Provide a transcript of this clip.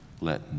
Let